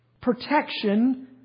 protection